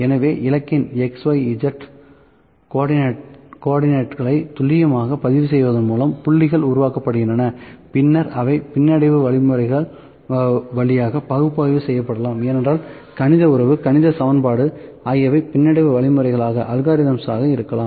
எனவே இலக்கின் X Y மற்றும் Z கோஆர்டினேட்களை துல்லியமாக பதிவு செய்வதன் மூலம் புள்ளிகள் உருவாக்கப்படுகின்றன பின்னர் அவை பின்னடைவு வழிமுறைகள் வழியாக பகுப்பாய்வு செய்யப்படலாம் ஏனென்றால் கணித உறவு கணித சமன்பாடு ஆகியவை பின்னடைவு வழிமுறைகளாக இருக்கலாம்